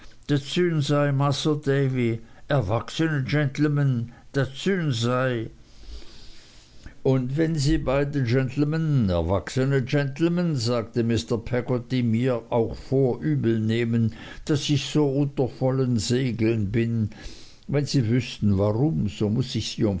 erwachsene genlmn dat sün sej wenn sie beide genlmn erwachsene genlmn sagte mr peggotty mir auch vor übel nehmen daß ich so unter vollen segeln bin wenn sie wüßten warum so muß ich sie